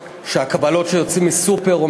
שהקבלות שמקבלים כשיוצאים מסופר או